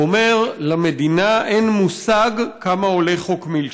הוא אומר: למדינה אין מושג כמה עולה חוק מילצ'ן.